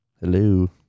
Hello